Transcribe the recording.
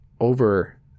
over